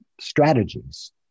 strategies